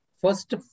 first